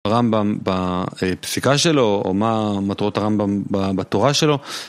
הרמב״ם בפסיקה שלו, או מה מטרות הרמב״ם בתורה שלו